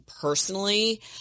personally